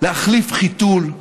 להחליף חיתול,